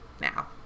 now